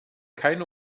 keine